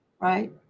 right